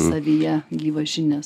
savyje gyvas žinias